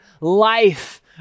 life